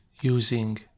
using